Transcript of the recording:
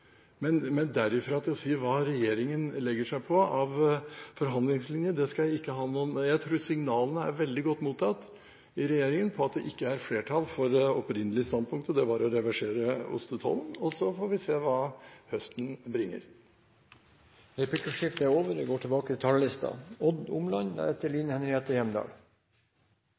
Men derfra til å si hvilken forhandlingslinje regjeringen legger seg på, skal jeg ikke ha noen formening om. Jeg tror signalene er veldig godt mottatt i regjeringen på at det ikke er flertall for det opprinnelige standpunktet, og det var å reversere ostetollen. Så får vi se hva høsten bringer. Replikkordskiftet er over.